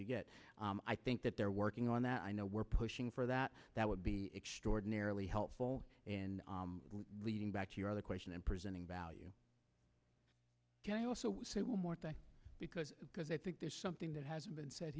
you get i think that they're working on that i know we're pushing for that that would be extraordinarily helpful in getting back to your other question and presenting value also say one more thing because because i think there's something that has been said